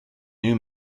new